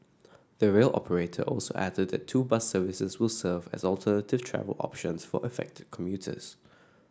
the rail operator also added that two bus services will serve as alternative travel options for affected commuters